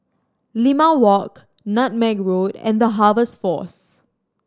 Limau Walk Nutmeg Road and The Harvest Force